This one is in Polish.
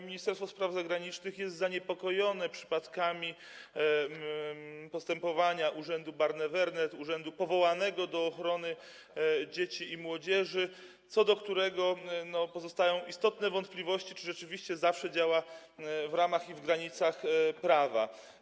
Ministerstwo Spraw Zagranicznych, podobnie jak państwo, jest zaniepokojone przypadkami postępowania urzędu Barnevernet, urzędu powołanego do ochrony dzieci i młodzieży, co do którego pozostają istotne wątpliwości, czy rzeczywiście zawsze działa w ramach i w granicach prawa.